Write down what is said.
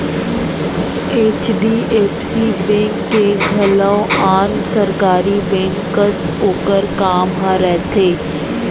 HDFC bank के घलौ आन सरकारी बेंक कस ओकर काम ह रथे